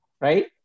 right